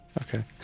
Okay